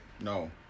No